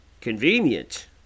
Convenient